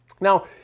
Now